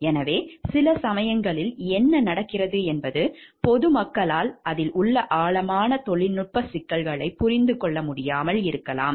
எனவே சில சமயங்களில் என்ன நடக்கிறது என்பது பொது மக்களால் அதில் உள்ள ஆழமான தொழில்நுட்ப சிக்கல்களைப் புரிந்து கொள்ள முடியாமல் இருக்கலாம்